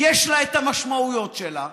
יש לה את המשמעויות שלה,